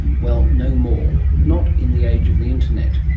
well, no more, not in the age of the internet.